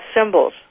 symbols